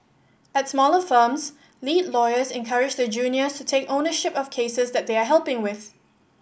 at smaller firms lead lawyers encourage their juniors to take ownership of cases that they are helping with